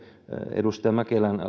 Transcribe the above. edustaja mäkelän